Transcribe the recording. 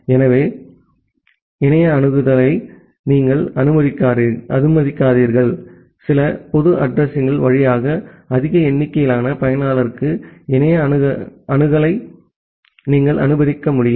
எனவே இணைய அணுகலை நீங்கள் அனுமதிக்கிறீர்கள் சில பொது அட்ரஸிங்கள் வழியாக அதிக எண்ணிக்கையிலான பயனர்களுக்கு இணைய அணுகலை நீங்கள் அனுமதிக்க முடியும்